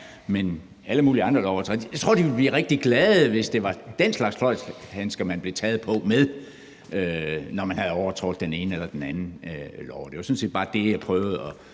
alle mulige andre lovovertrædere ville blive rigtig glade, hvis det var den slags fløjlshandsker, de blev taget på med, når de havde overtrådt den ene eller den anden lov. Det var sådan set bare det, jeg prøvede